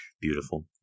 beautiful